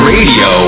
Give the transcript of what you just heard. Radio